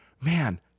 man